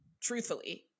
truthfully